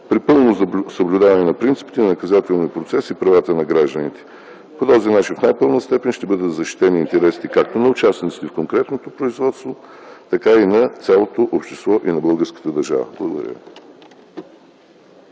при пълно съблюдаване на принципите на наказателния процес и правата на гражданите. По този начин в най-пълна степен ще бъдат защитени интересите както на участниците в конкретното производство, така и на цялото общество и на българската държава. Благодаря